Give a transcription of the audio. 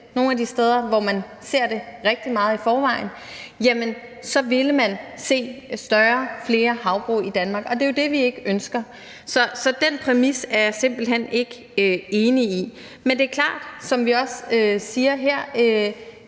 nogle af de steder, hvor det forekommer rigtig meget i forvejen, så ville man se større og flere havbrug i Danmark, og det er jo det, vi ikke ønsker. Så den præmis er jeg simpelt hen ikke enig i. Men det er klart, som vi også siger her,